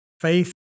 faith